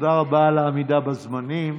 תודה על העמידה בזמנים.